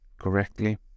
correctly